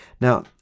Now